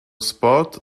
sport